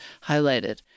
highlighted